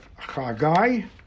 Chagai